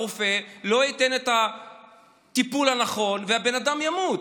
הרופא לא ייתן את הטיפול הנכון והבן אדם ימות.